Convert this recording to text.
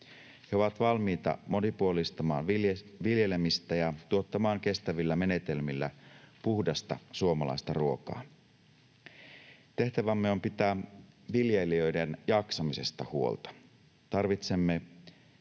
He ovat valmiita monipuolistamaan viljelemistä ja tuottamaan kestävillä menetelmillä puhdasta suomalaista ruokaa. Tehtävämme on pitää viljelijöiden jaksamisesta huolta.